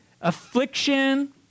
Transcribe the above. Affliction